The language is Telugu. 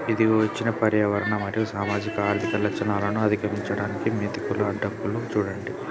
ఇదిగో ఇచ్చిన పర్యావరణ మరియు సామాజిక ఆర్థిక లచ్చణాలను అధిగమించడానికి పెతికూల అడ్డంకులుగా సూడండి